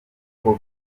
uko